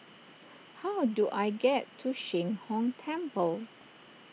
how do I get to Sheng Hong Temple